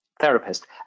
therapist